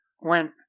went